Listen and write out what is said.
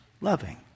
loving